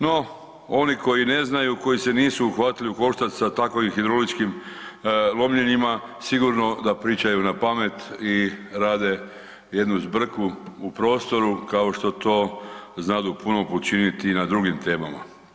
No, oni koji ne znaju, koji se nisu uhvatili u koštac sa takovim hidrauličkim lomljenjima sigurno da pričaju napamet i rade jednu zbrku u prostoru kao što to znadu puno puta činiti i na drugim temama.